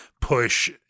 push